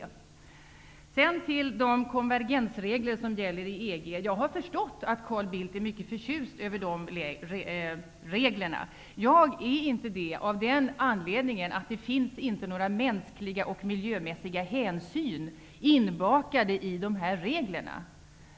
Låt mig sedan gå över till de konvergensregler som gäller i EG. Jag har förstått att Carl Bildt är mycket förtjust över dessa regler. Jag är inte det av den anledningen att det inte finns några mänskliga och miljömässiga hänsyn inbakade i dessa regler.